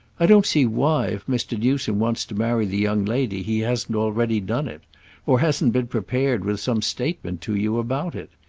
i don't see why if mr. newsome wants to marry the young lady he hasn't already done it or hasn't been prepared with some statement to you about it.